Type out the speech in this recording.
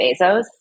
Bezos